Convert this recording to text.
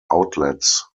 outlets